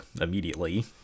immediately